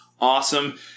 awesome